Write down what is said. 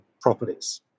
properties